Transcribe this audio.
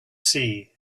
see